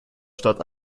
stadt